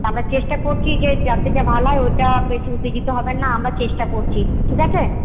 আমরা চেষ্টা করছি যাতে যা ভালো হয় ওটা বেশি উত্তেজিত হবেন না আমরা চেষ্টা করছি ঠিক আছে